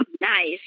nice